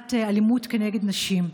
למניעת אלימות כנגד נשים.